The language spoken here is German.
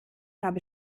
habe